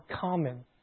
common